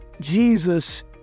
Jesus